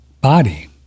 body